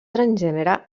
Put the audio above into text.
transgènere